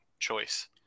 choice